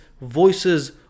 voices